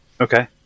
Okay